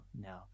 no